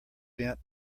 bent